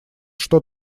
что